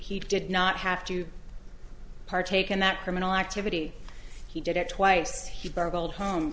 he did not have to partake in that criminal activity he did it twice he burgled home